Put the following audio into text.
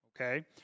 Okay